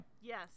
Yes